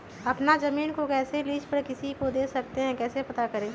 अपना जमीन को कैसे लीज पर किसी को दे सकते है कैसे पता करें?